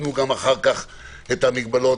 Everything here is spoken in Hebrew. תיקנו גם אחר כך את המגבלות,